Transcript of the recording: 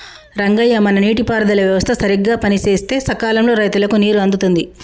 రంగయ్య మన నీటి పారుదల వ్యవస్థ సరిగ్గా పనిసేస్తే సకాలంలో రైతులకు నీరు అందుతుంది